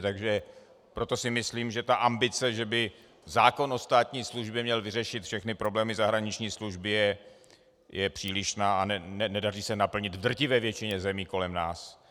Takže proto si myslím, že ambice, že by zákon o státní službě měl vyřešit všechny problémy zahraniční služby, je přílišná a nedaří se naplnit v drtivé většině zemí kolem nás.